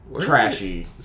trashy